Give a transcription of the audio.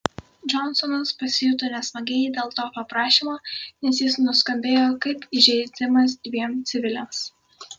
džonsonas pasijuto nesmagiai dėl tokio prašymo nes jis nuskambėjo kaip įžeidimas dviem civiliams